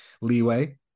leeway